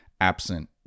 absent